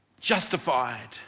justified